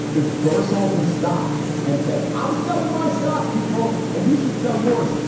if bearse sold his stock and said, i'm selling my stock people and you should sell yours,